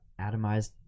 atomized